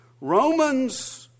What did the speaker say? Romans